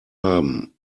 haben